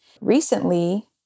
recently